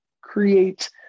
create